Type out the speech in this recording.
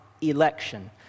election